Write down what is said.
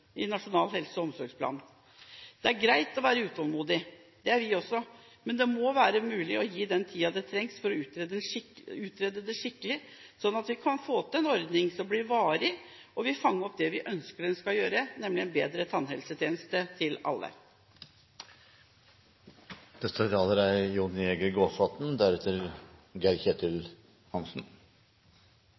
Nasjonal helse- og omsorgsplan. Det er greit å være utålmodig, det er vi også, men det må være mulig å gi den tiden som trengs for å utrede det skikkelig, slik at vi kan få til en ordning som blir varig, og som vil fange opp det vi ønsker den skal gjøre, nemlig å gi en bedre tannhelsetjeneste til alle.